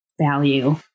value